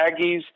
Aggies